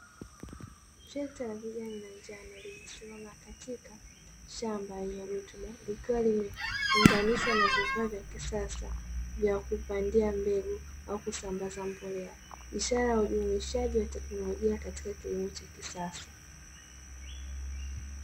Trekta la kijani na njano limesimama katika shamba lenye rutuba likiwa limeunganishwa na vifaa vya kisasa vya kupandia mbegu au kusambaza mbolea, ishara ya ujumuishaji wa teknolojia katika kilimo cha kisasa.